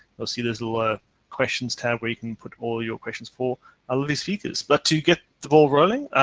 you'll see there's a little a questions tab where you can put all your questions for ah all of the speakers, but to get the ball rolling.